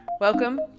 Welcome